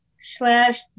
slash